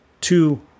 two